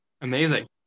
Amazing